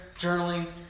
journaling